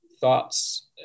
thoughts